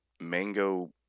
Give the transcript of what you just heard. mango